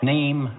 Name